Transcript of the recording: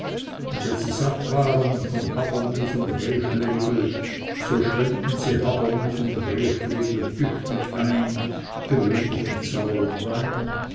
und wenn sie satt waren von habermus und rehschlegel so schwemmten sie habermus und rehschlegel tüchtig ein gewöhnlich mit saurem wein